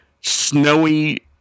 snowy